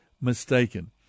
mistaken